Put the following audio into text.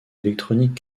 électronique